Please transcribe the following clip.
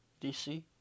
DC